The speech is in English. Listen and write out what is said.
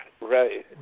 right